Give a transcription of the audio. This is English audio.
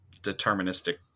deterministic